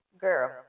girl